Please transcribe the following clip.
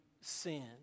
sin